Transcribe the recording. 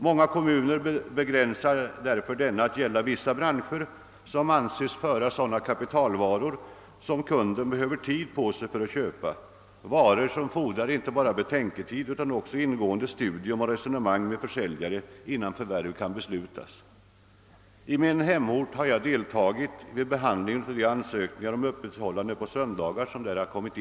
Många kommuner begränsar därför denna till att gälla vissa branscher, som anses föra sådana kapitalvaror vilka kunden behöver tid på sig för att köpa, varor som fordrar inte bara betänketid utan också ingående studium och resonemang med försäljaren innan förvärv kan beslutas. I min hemort har jag deltagit vid behandlingen av de ansökningar om öppethållande 'på söndagar som inkommit.